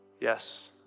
Yes